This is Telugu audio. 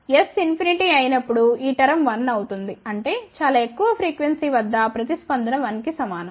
S ఇన్ఫినిటీ అయినప్పుడు ఈ టర్మ్ 1 అవుతుంది అంటే చాలా ఎక్కువ ఫ్రీక్వెన్సీ వద్ద ప్రతిస్పందన 1 కి సమానం